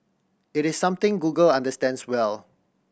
it is something Google understands well